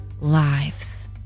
lives